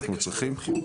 מה זה קשור לבחירות?